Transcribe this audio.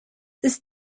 ist